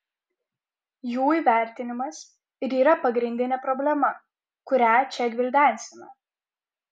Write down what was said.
jų įvertinimas ir yra pagrindinė problema kurią čia gvildensime